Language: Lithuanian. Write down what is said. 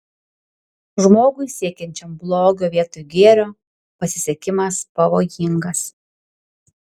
žmogui siekiančiam blogio vietoj gėrio pasisekimas pavojingas